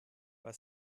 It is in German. war